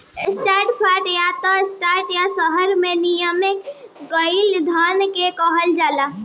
stock fund या त stock या शहर में निवेश कईल धन के कहल जाला